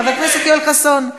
חבר הכנסת יואל חסון,